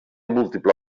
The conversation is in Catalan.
múltiple